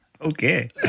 Okay